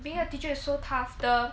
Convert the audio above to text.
being a teacher is so tough the